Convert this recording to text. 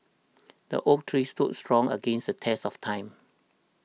the oak tree stood strong against the test of time